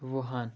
Wuhan